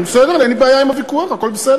הוא בסדר, אין לי בעיה עם הוויכוח, הכול בסדר.